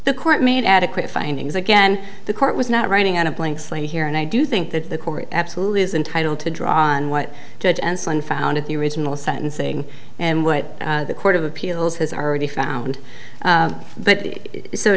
the court made adequate findings again the court was not writing on a blank slate here and i do think that the court absolutely is entitle to draw on what judge and son found at the original sentencing and what the court of appeals has already found but